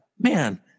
man